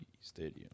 Stadium